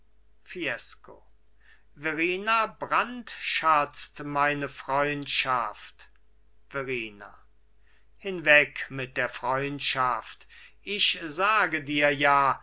fiesco verrina brandschatzt meine freundschaft verrina hinweg mit der freundschaft ich sage dir ja